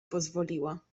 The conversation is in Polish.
pozwoliła